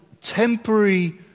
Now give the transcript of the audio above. temporary